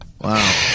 Wow